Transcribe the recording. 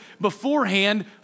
beforehand